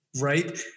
right